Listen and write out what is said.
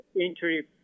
entry